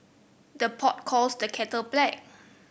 the pot calls the kettle black